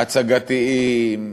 הצגתיים,